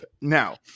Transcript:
Now